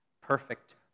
Perfect